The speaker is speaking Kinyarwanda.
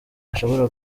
ashobora